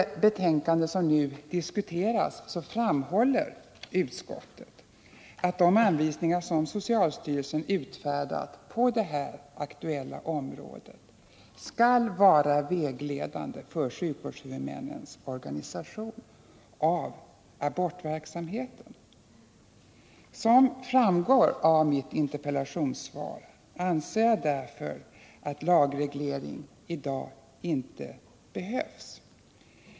I det betänkande som nu diskuteras framhåller utskottet att de anvisningar som socialstyrelsen utfärdat på det här aktuella området skall vara vägledande för sjukvårdshuvudmännens organisation av abortverksamheten. Som framgår av mitt interpellationssvar anser jag därför att lagreglering i dag inte behövs.